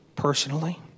personally